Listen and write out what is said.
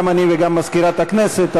גם אני וגם מזכירת הכנסת,